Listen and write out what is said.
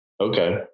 Okay